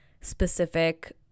specific